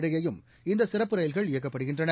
இடையேயும் இந்தசிறப்பு ரயில்கள் இயக்கப்படுகின்றன